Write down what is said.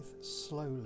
slowly